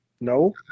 No